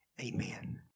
amen